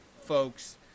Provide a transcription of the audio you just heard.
folks